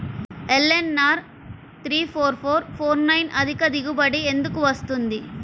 LNR three four four four nine అధిక దిగుబడి ఎందుకు వస్తుంది?